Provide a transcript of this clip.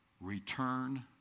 return